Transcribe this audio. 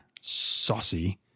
Saucy